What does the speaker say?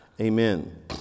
Amen